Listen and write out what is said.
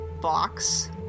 box